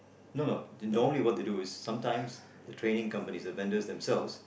no no normally what they do is sometimes the training companies the vendors themselves